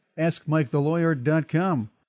AskMikeTheLawyer.com